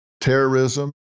terrorism